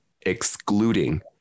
excluding